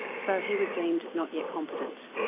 so he was deemed not yet competent.